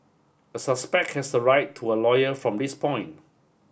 a suspect has the right to a lawyer from this point